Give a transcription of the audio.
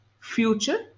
future